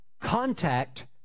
contact